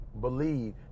believe